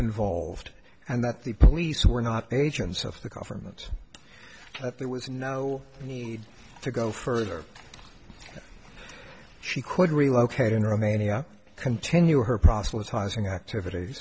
involved and that the police were not agents of the government that there was no need to go further she could relocate in romania continue her proselytizing activities